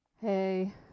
Hey